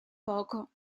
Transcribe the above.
poco